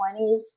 20s